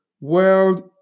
world